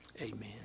Amen